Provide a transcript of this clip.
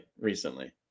recently